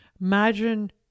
Imagine